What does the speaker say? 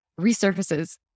resurfaces